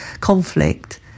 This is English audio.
conflict